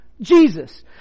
Jesus